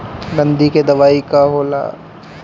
गंधी के दवाई का होला?